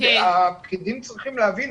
הפקידים צריכים להבין.